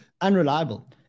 unreliable